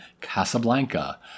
Casablanca